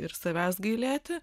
ir savęs gailėti